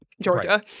Georgia